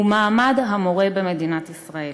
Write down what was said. הוא מעמד המורה במדינת ישראל.